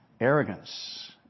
Arrogance